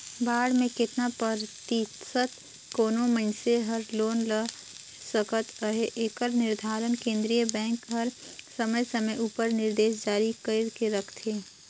bond में केतना परतिसत कोनो मइनसे हर लोन ले सकत अहे एकर निरधारन केन्द्रीय बेंक हर समे समे उपर निरदेस जारी कइर के रखथे